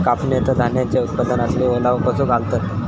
कापणीनंतर धान्यांचो उत्पादनातील ओलावो कसो घालवतत?